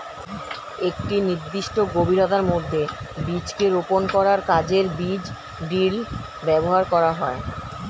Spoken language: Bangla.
একটি নির্দিষ্ট গভীরতার মধ্যে বীজকে রোপন করার কাজে বীজ ড্রিল ব্যবহার করা হয়